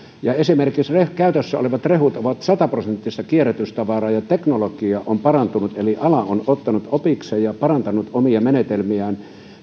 esimerkiksi käytössä olevat rehut ovat sataprosenttista kierrätystavaraa ja teknologia on parantunut eli ala on ottanut opikseen ja parantanut omia menetelmiään